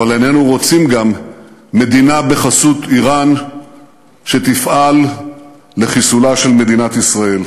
אבל איננו רוצים גם מדינה בחסות איראן שתפעל לחיסולה של מדינת ישראל.